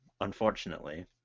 unfortunately